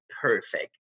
perfect